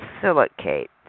silicate